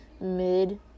mid